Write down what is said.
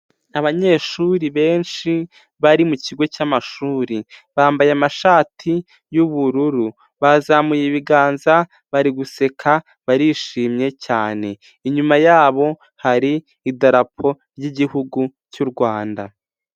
Abanyeshuri benshi bari mu kigo cy'amashuri, bambaye amashati y'ubururu, bazamuye ibiganza bari guseka barishimye cyane, inyuma yabo hari idarapo ry'igihugu cyu Rwanda.